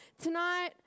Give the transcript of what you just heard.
tonight